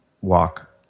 walk